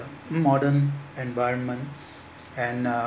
in modern environment and uh